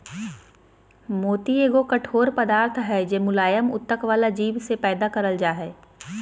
मोती एगो कठोर पदार्थ हय जे मुलायम उत्तक वला जीव से पैदा करल जा हय